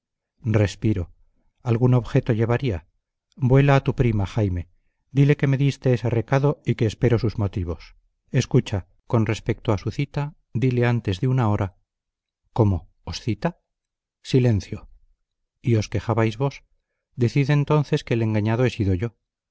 respiro algún objeto llevaría vuela a tu prima jaime dile que me diste ese recado y que espero sus motivos escucha con respecto a su cita dile antes de una hora cómo os cita silencio y os quejabais vos decid entonces que el engañado he sido yo